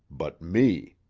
but me.